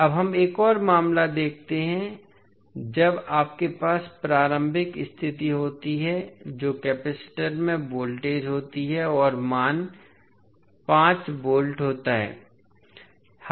अब हम एक और मामला देखते हैं जब आपके पास प्रारंभिक स्थिति होती है जो कपैसिटर में वोल्टेज होती है और मान 5 वोल्ट होता है